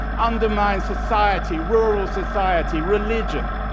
undermine society, rural society, religion,